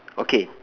okay